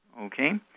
Okay